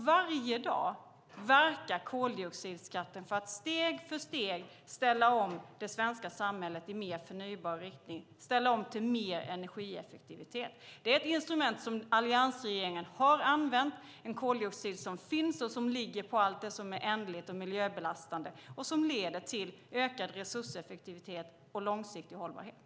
Varje dag verkar koldioxidskatten för att steg för steg ställa om det svenska samhället i mer förnybar riktning och till mer energieffektivitet. Det är ett instrument som alliansregeringen har använt. Koldioxidskatten läggs på allt det som är ändligt och miljöbelastande, och den leder till ökad resurseffektivitet och långsiktig hållbarhet.